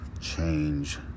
change